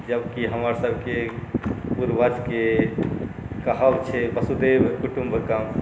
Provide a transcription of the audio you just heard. जबकि हमरसबके पूर्वजके कहब छै वसुधैव कुटुम्बकम